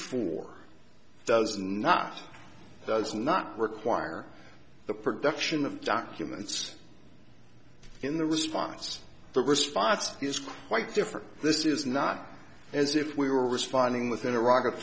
four does not does not require the production of documents in the response the response is quite different this is not as if we were responding within